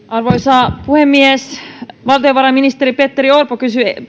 arvoisa puhemies valtiovarainministeri petteri orpo